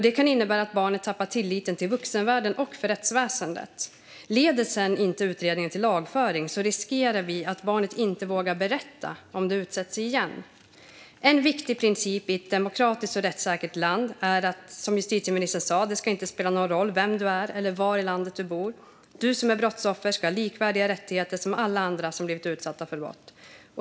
Det kan innebära att barnet tappar tilliten till vuxenvärlden och för rättsväsendet. Leder sedan utredningen inte till lagföring riskerar vi att barnet inte vågar berätta om det utsätts för brott igen. En viktig princip i ett demokratiskt och rättssäkert land är, som justitieministern sa, att det inte ska spela någon roll vem du är eller var i landet du bor. Du som är brottsoffer ska ha likvärdiga rättigheter som alla andra som blivit utsatta för brott.